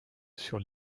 sur